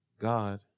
God